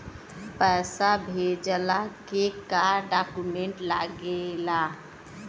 पैसा भेजला के का डॉक्यूमेंट लागेला?